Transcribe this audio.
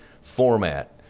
format